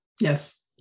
Yes